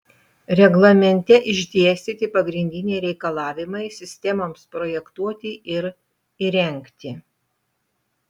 reglamente išdėstyti pagrindiniai reikalavimai sistemoms projektuoti ir įrengti